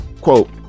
quote